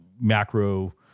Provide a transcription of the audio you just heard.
macro